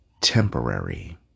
temporary